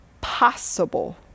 Possible